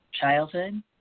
childhood